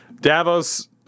Davos